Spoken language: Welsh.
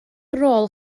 rôl